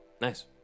Nice